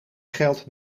geld